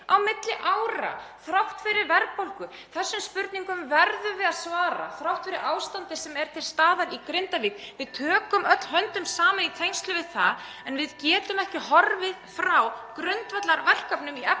á milli ára þrátt fyrir verðbólgu? Þessum spurningum verðum við að svara þrátt fyrir ástandið sem er til staðar í Grindavík. Við tökum öll höndum saman (Forseti hringir.) í tengslum við það en við getum ekki horfið frá grundvallarverkefnum í efnahagsmálum